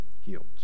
healed